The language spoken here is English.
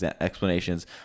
explanations